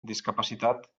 discapacitat